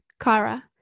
Kara